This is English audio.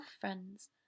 friends